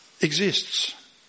exists